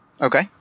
Okay